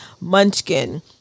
Munchkin